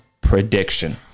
prediction